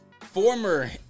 Former